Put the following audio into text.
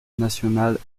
nationales